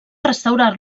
restaurar